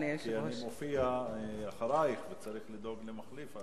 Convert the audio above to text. כי אני מופיע אחרייך וצריך לדאוג למחליף.